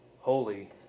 holy